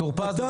טור פז,